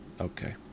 Okay